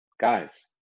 guys